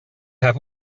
have